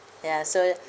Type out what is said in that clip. ya so